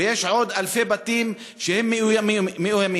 ויש עוד אלפי בתים שהם מאוימים.